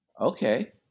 okay